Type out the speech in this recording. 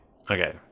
Okay